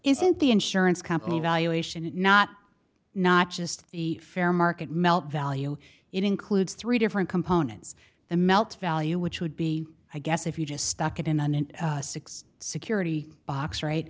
isn't the insurance company valuation not not just the fair market melt value it includes three different components the melt value which would be i guess if you just stuck it in an six security box right